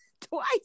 twice